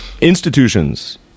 institutions